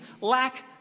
lack